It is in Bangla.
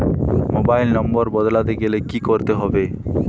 মোবাইল নম্বর বদলাতে গেলে কি করতে হবে?